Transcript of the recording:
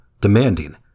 demanding